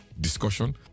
discussion